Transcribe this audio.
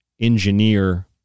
engineer